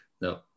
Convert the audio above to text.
No